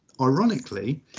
ironically